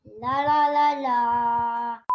La-la-la-la